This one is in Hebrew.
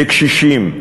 בקשישים,